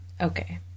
Okay